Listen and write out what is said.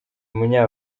umunya